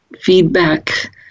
feedback